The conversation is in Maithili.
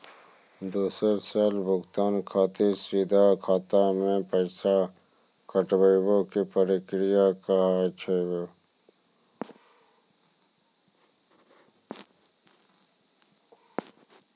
दोसर साल भुगतान खातिर सीधा खाता से पैसा कटवाए के प्रक्रिया का हाव हई?